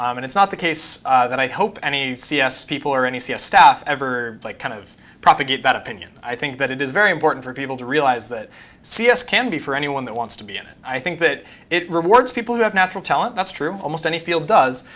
um and it's not the case that i hope any cs people or any cs staff ever like kind of propagate that opinion. i think that it is very important for people to realize that cs can be for anyone that wants to be in it. i think that it rewards people who have natural talent. that's true. almost any field does.